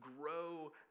grow